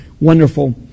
wonderful